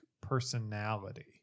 personality